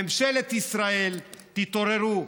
ממשלת ישראל, תתעוררי.